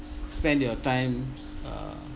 spend your time uh